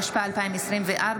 התשפ"ה 2024,